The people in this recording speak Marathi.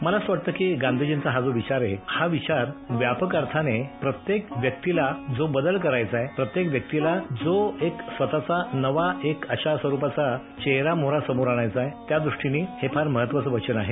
मला असं वाटतं की गांधीजींचा हा जो विचार आहे हा विचार व्यापक अर्थाने प्रत्येक व्यक्तीला जो बदल करायचाय प्रत्येक व्यक्तीला जो एक स्वतःचा नवा एक अशा स्वरूपाचा चेहरा मोहरा समोर आणायचा आहे त्या दृष्टीने फार महत्वाचं वचन आहे